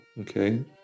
okay